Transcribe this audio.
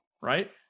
right